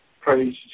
Praise